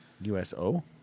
USO